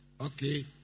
okay